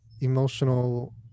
emotional